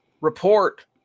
Report